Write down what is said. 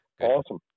awesome